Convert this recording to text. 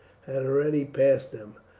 had already passed them,